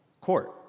court